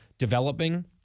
developing